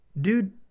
dude